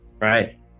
right